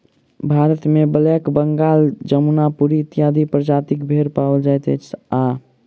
भारतमे ब्लैक बंगाल, जमुनापरी इत्यादि प्रजातिक भेंड़ पाओल जाइत अछि आ